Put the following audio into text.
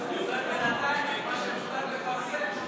אני אומר בינתיים, ממה שמותר לפרסם.